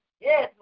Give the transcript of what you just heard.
Yes